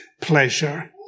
pleasure